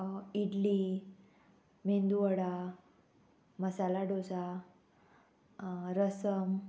idli medu vada masala dosa रसम